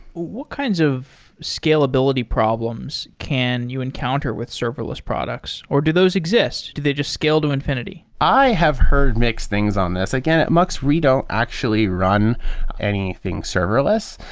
what kinds of scalability problems can you encounter with serverless products, or do those exist? do they just scale to infinity? i have heard mixed things on this. again, at mux, we don't actually run anything serverless.